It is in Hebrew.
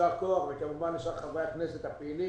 כמובן לשאר חברי הכנסת הפעילים,